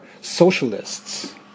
socialists